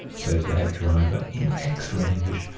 said the head driver, in excellent english.